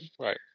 Right